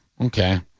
Okay